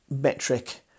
metric